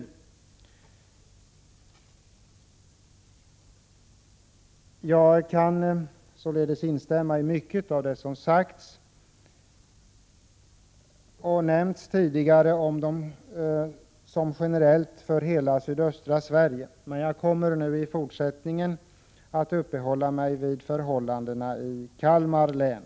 Jag kan således instämma i mycket av det som tidigare nämnts som generellt för hela sydöstra Sverige, men jag kommer i fortsättningen att uppehålla mig vid förhållandena i Kalmar län.